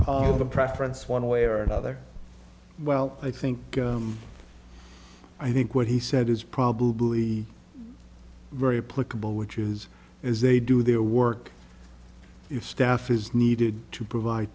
of the preference one way or another well i think i think what he said is probably very political which is is they do their work if staff is needed to provide